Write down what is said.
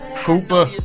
Cooper